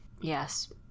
Yes